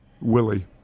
Willie